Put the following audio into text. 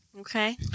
Okay